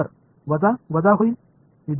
तर वजा वजा होईल